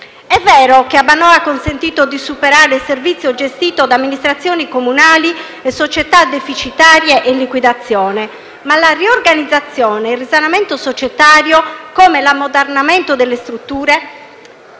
È vero che Abbanoa ha consentito di superare il servizio gestito da amministrazioni comunali e società deficitarie e in liquidazione, ma la riorganizzazione e il risanamento societario, come l'ammodernamento delle strutture,